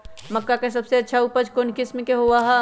मक्का के सबसे अच्छा उपज कौन किस्म के होअ ह?